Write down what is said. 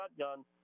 shotgun